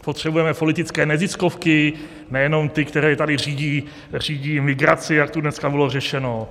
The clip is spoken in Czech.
Potřebujeme politické neziskovky, nejenom ty, které tady řídí migraci, jak tu dneska bylo řečeno?